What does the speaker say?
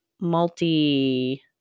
multi